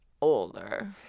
older